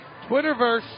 twitterverse